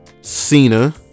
Cena